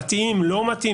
מתאים לא מתאים,